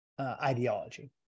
ideology